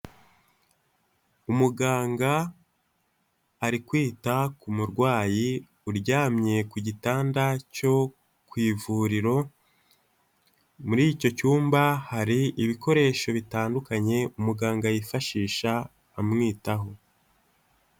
Umuganga ari kwita ku murwayi uryamye ku gitanda cyo ku ivuriro, muri icyo cyumba hari ibikoresho bitandukanye umuganga yifashisha amwitaho.